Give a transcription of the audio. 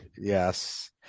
Yes